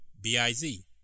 B-I-Z